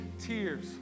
tears